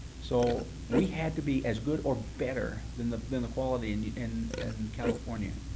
so we had to be as good or better than the than the quality and in and california.